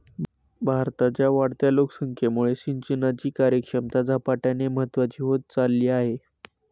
भारताच्या वाढत्या लोकसंख्येमुळे सिंचनाची कार्यक्षमता झपाट्याने महत्वाची होत चालली आहे